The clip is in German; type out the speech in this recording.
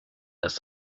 dass